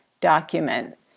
document